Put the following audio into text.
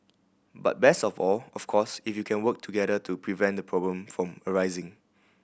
but best of all of course if you can work together to prevent the problem from arising